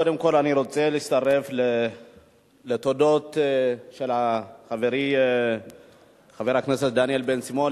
קודם כול אני רוצה להצטרף לתודות של חברי חבר הכנסת דניאל בן-סימון.